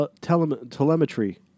telemetry